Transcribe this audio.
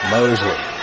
Mosley